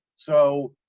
so,